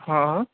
હ